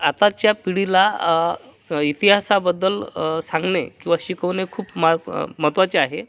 आताच्या पिढीला इतिहासाबद्दल सांगणे किंवा शिकवणे खूप महत्त्वा महत्त्वाचे आहे